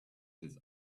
his